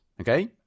Okay